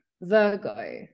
Virgo